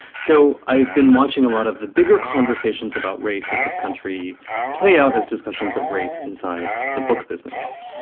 so i've been watching a lot of the bigger conversations about race in this country play out as discussions of race inside the book business.